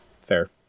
fair